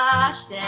Washed